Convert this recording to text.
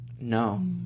No